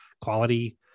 quality